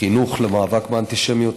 חינוך למאבק באנטישמיות,